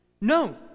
No